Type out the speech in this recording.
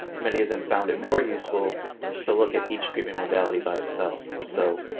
many of them found it more useful to look at each treatment modality by itself. so,